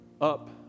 up